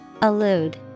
Allude